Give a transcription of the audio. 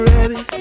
Ready